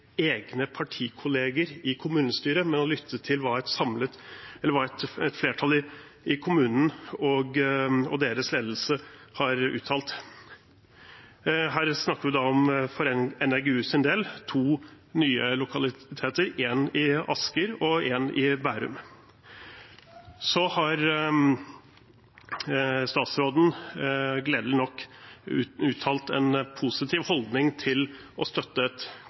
egne partikollegaer i kommunestyret, men å lytte til hva et flertall i kommunen og deres ledelse har uttalt. Her snakker vi for NRG-Us del om to nye lokaliteter, en i Asker og en i Bærum. Så har statsråden gledelig nok uttrykt en positiv holdning til å støtte